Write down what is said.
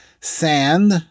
sand